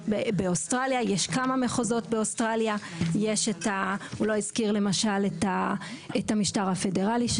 באוסטרליה יש כמה מחוזות והמציע לא הזכיר למשל את המשטר הפדרלי,